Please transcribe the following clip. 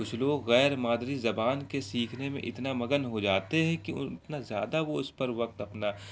کچھ لوگ غیر مادری زبان کے سیکھنے میں اتنا مگن ہو جاتے ہیں کہ اتنا زیادہ وہ اس پر وقت اپنا